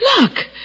Look